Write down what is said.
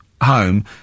home